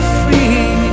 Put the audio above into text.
free